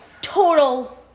total